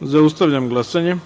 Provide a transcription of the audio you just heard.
taster. Zaustavljam glasanje: